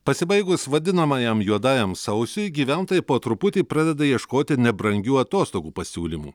pasibaigus vadinamajam juodajam sausiui gyventojai po truputį pradeda ieškoti nebrangių atostogų pasiūlymų